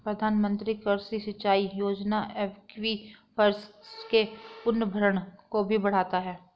प्रधानमंत्री कृषि सिंचाई योजना एक्वीफर्स के पुनर्भरण को भी बढ़ाता है